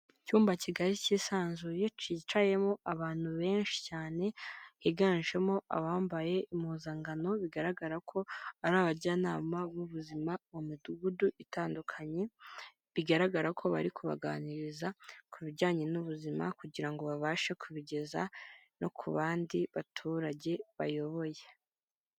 Icyumba kigari kisanzuye kicayemo abantu benshi cyane higanjemo abambaye impuzangano bigaragara ko ari abajyanama b'ubuzima mu midugudu itandukanye, bigaragara ko bari kubaganiriza ku bijyanye n'ubuzima kugira ngo babashe kubigeza no ku bandi baturage bayoboye.